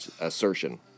assertion